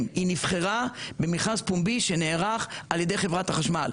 היא נבחרה במכרז פומבי שנערך על-ידי חברת החשמל.